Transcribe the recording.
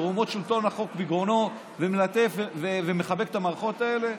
שרוממות שלטון החוק בגרונו ומלטף ומכבד את המערכות האלה?